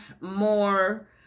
more